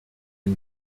une